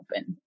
open